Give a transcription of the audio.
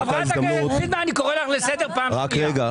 חברת הכנסת פרידמן, אני קורא לך לסדר פעם ראשונה.